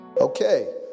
Okay